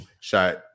shot